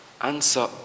answer